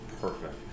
Perfect